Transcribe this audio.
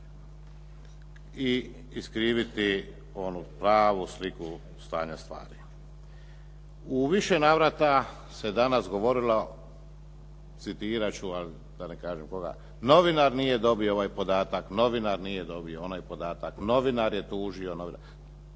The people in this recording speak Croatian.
i iskriviti onu pravu sliku stanja stvari. U više navrata se danas govorilo, citirati ću, ali da ne kažem koga, "novinar nije dobio ovaj podatak, novinar nije dobio onaj podatak, novinar je tužio …".